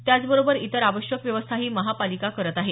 त्याचबरोबर इतर आवश्यक व्यवस्थाही महापालिका करत आहेत